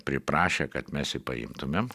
priprašė kad mes jį paimtumėm